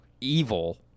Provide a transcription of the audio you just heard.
evil